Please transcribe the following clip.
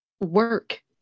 work